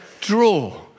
draw